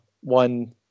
One